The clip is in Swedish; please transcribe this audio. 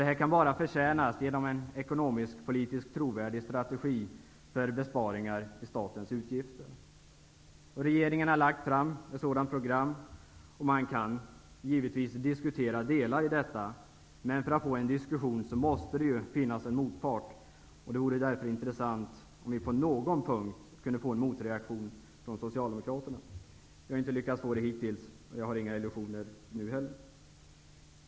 Detta kan bara förtjänas genom en ekonomiskpolitiskt trovärdig strategi för besparingar i statens utgifter. Regeringen har lagt fram ett sådant program. Man kan givetvis diskutera delar i detta, men för att få en diskussion måste det finnas en motpart. Det vore därför intressant om vi på åtminstone någon punkt kunde få en motreaktion från socialdemokraterna. Vi har inte lyckats få det hittills, och jag har inga illusioner nu heller.